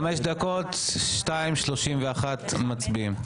חמש דקות, 14:31 מצביעים.